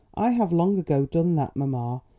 i have long ago done that, mamma.